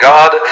God